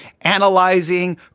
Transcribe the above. analyzing